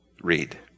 read